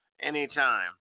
Anytime